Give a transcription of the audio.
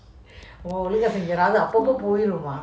!wow!